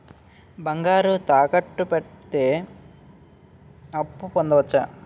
బంగారం తాకట్టు కి పెడితే అప్పు పొందవచ్చ?